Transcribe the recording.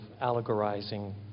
allegorizing